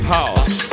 House